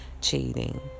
cheating